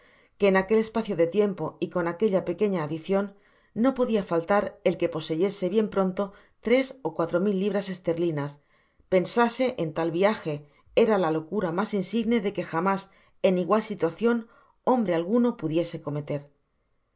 que en aquel espacio de tiempo y conaqueila pequeña adicion no podia faltar el que poseyese jbien pronto tres ó cuatro mil libras esterlinas pensase en tal viaje era la locura mas insigne de que jamás en igual situacion hombre alguno pudiese cometer